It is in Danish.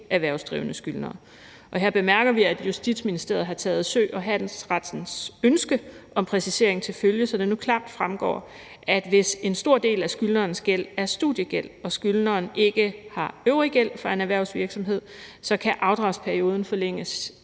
ikkeerhvervsdrivende skyldnere. Her bemærker vi, at Justitsministeriet har taget Sø- og Handelsrettens ønske om præcisering til følge, så det nu klart fremgår, at hvis en stor del af skyldnerens gæld er studiegæld og skyldneren ikke har øvrig gæld fra en erhvervsvirksomhed, kan afdragsperioden forlænges